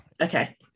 Okay